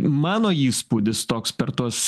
mano įspūdis toks per tuos